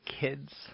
kids